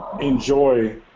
Enjoy